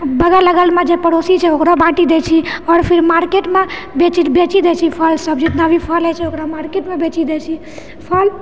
बगल अगलमे जे पड़ोसी छै ओकरा बाँटी दए छी आओर फिर मार्केटमे बेचि दए छी फल सब जितना भी फल हइ छै ओकरा मार्केटमे बेचि दए छी फल